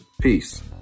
Peace